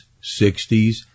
60s